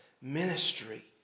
ministry